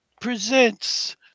presents